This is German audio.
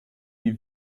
wie